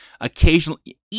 occasionally